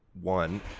one